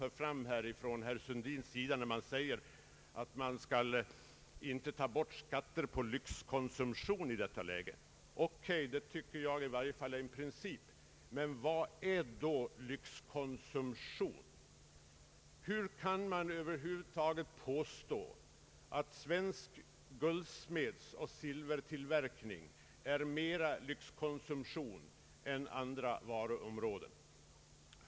Herr Sundin säger att man inte skall ta bort skatt på lyxkonsumtion. Vad är då lyxkonsumtion? Hur kan man påstå att äkta mattor och guldeller silversmide är mera lyxbetonat än många andra varuområden?